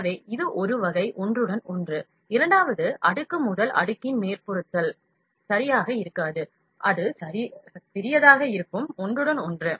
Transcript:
எனவே இது ஒரு வகை ஒன்றுடன் ஒன்று இரண்டாவது அடுக்கு முதல் அடுக்கின் மேற்புறத்தில் சரியாக இருக்காது அது சிறியதாக இருக்கும் ஒன்றுடன் ஒன்று